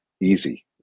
easy